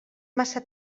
massa